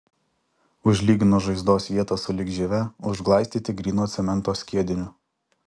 užlyginus žaizdos vietą sulig žieve užglaistyti gryno cemento skiediniu